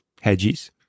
Hedges